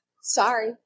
Sorry